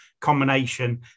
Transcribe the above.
combination